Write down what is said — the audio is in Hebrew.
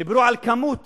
דיברו על כמות